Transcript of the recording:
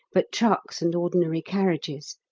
but trucks and ordinary carriages.